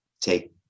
take